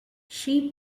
she